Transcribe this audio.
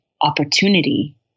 opportunity